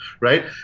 right